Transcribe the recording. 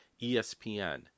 ESPN